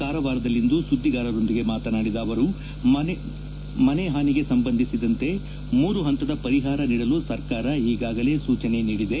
ಕಾರವಾರದಲ್ಲಿಂದು ಸುದ್ದಿಗಾರರೊಂದಿಗೆ ಮಾತನಾಡಿದ ಅವರು ಮನೆ ಹಾನಿಗೆ ಸಂಬಂಧಿಸಿದಂತೆ ಮೂರು ಹಂತದ ಪರಿಹಾರ ನೀಡಲು ಸರ್ಕಾರ ಈಗಾಗಲೇ ಸೂಚನೆ ನೀಡಿದೆ